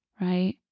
Right